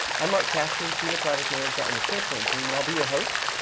i'm mark kashman, senior product manager on the sharepoint team and i'll be your host.